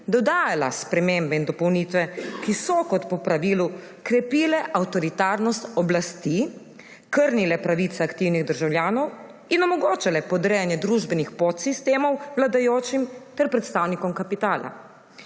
dodajala spremembe in dopolnitve, ki so kot po pravilu krepile avtoritarnost oblasti, krnile pravice aktivnih državljanov in omogočale podrejanje družbenih podsistemov vladajočim ter predstavnikom kapitala.